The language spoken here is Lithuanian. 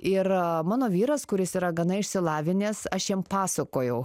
ir mano vyras kuris yra gana išsilavinęs aš jam pasakojau